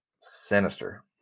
sinister